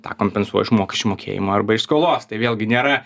tą kompensuoja už mokesčių mokėjimų arba iš skolos tai vėlgi nėra